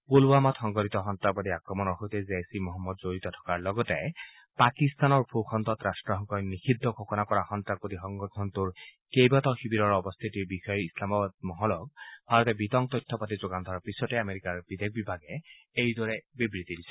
পুলৱামাত সংঘটিত সন্নাসবাদী আক্ৰমণৰ সৈতে জেইছ ই মহম্মদ জড়িত থকাৰ লগতে পাকিস্তানৰ ভূ খণ্ডত ৰাট্টসংঘই নিষিদ্ধ ঘোষণা কৰা সন্নাসবাদী সংগঠনটোৰ কেইবাটাও শিবিৰত অৱস্থিতিৰ বিষয়ে ইছলামাবাদ মহলক ভাৰতে বিতং তথ্য পাতি যোগান ধৰাৰ পিছতে আমেৰিকাৰ বিদেশ বিভাগে এইদৰে বিবৃতি দিছে